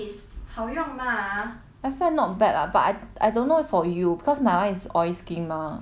I felt not bad ah but I I don't know for you because my one is oil skin mah like makes oily skin 这样子